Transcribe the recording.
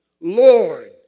Lord